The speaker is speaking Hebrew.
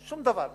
שום דבר.